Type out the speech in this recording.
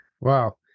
Wow